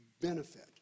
benefit